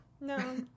No